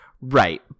Right